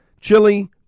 Chili